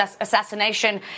assassination